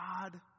God